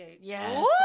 Yes